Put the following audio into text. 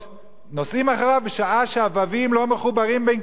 נוסעים אחריו בשעה שהווים לא מחוברים בין